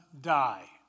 die